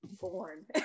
born